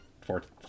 Fourth